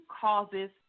causes